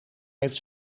heeft